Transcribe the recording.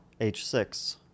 h6